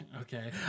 Okay